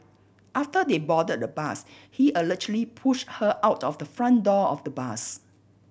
after they boarded the bus he allegedly pushed her out of the front door of the bus